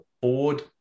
board